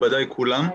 מכובדיי כולם.